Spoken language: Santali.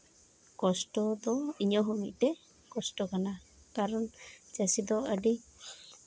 ᱠᱚᱥᱴᱚ ᱫᱚ ᱢᱤᱫᱴᱮᱡ ᱤᱧᱟᱹᱜ ᱦᱚᱸ ᱢᱤᱫᱴᱮᱡ ᱠᱚᱥᱴᱚ ᱠᱟᱱᱟ ᱠᱟᱨᱚᱱ ᱪᱟᱹᱥᱤ ᱫᱚ ᱟᱹᱰᱤ